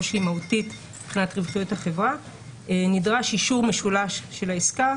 שהיא מהותית מבחינת רווחיות החברה נדרש אישור משולש של העסקה